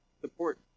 Support